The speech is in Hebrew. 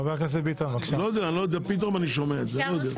פתאום אני שומע את זה.